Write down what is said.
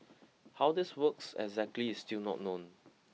how this works exactly is still not known